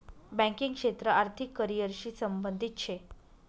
banking क्षेत्र आर्थिक career शी संबंधित शे